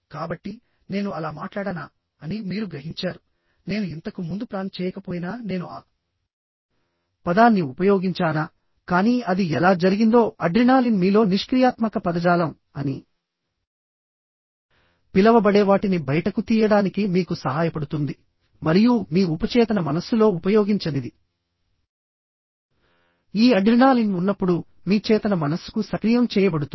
కాబట్టి నేను అలా మాట్లాడానా అని మీరు గ్రహించారు నేను ఇంతకు ముందు ప్లాన్ చేయకపోయినా నేను ఆ పదాన్ని ఉపయోగించానా కానీ అది ఎలా జరిగిందో అడ్రినాలిన్ మీలో నిష్క్రియాత్మక పదజాలం అని పిలవబడే వాటిని బయటకు తీయడానికి మీకు సహాయపడుతుంది మరియు మీ ఉపచేతన మనస్సులో ఉపయోగించనిది ఈ అడ్రినాలిన్ ఉన్నప్పుడు మీ చేతన మనస్సుకు సక్రియం చేయబడుతుంది